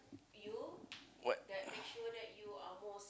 what